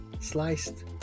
sliced